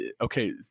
okay